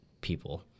people